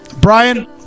Brian